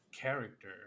character